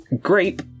Grape